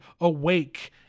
Awake